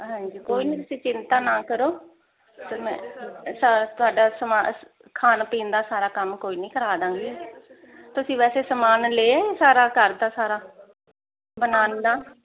ਹਾਂਜੀ ਕੋਈ ਨਹੀਂ ਤੁਸੀਂ ਚਿੰਤਾ ਨਾ ਕਰੋ ਤੇ ਮੈਂ ਤੁਹਾਡਾ ਸਮਾ ਖਾਣ ਪੀਣ ਦਾ ਸਾਰਾ ਕੰਮ ਕੋਈ ਨਹੀਂ ਕਰਾ ਦਾਂਗੇ ਤੁਸੀਂ ਵੈਸੇ ਸਮਾਨ ਲੈ ਆਏ ਸਾਰਾ ਘਰਤਾ ਸਾਰਾ ਬਣਾਣ ਦਾ